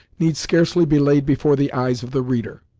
need scarcely be laid before the eyes of the reader.